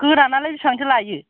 गोरानालाय बिसिबां थो लायो